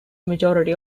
majority